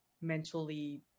mentally